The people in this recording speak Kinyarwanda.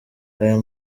aya